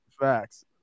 facts